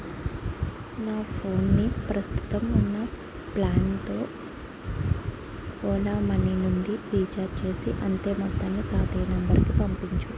నా ఫోన్ని ప్రస్తుతం ఉన్న ప్లాన్తో ఓలా మనీ నుండి రీచార్జ్ చేసి అంతే మొత్తాన్ని తాతయ్య నంబర్కి పంపించు